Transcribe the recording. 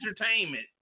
entertainment